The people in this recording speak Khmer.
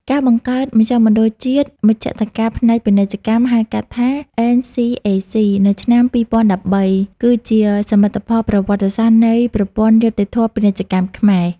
ការបង្កើតមជ្ឈមណ្ឌលជាតិមជ្ឈត្តការផ្នែកពាណិជ្ជកម្ម (ហៅកាត់ថា NCAC) នៅឆ្នាំ ២០១៣ គឺជាសមិទ្ធផលប្រវត្តិសាស្ត្រនៃប្រព័ន្ធយុត្តិធម៌ពាណិជ្ជកម្មខ្មែរ។